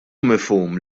mifhum